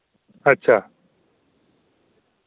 अच्छा